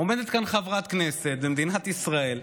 עומדת כאן חברת כנסת במדינת ישראל,